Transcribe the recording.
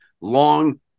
long